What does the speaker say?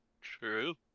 true